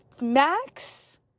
max